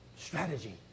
strategy